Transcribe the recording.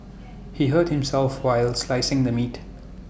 he hurt himself while slicing the meat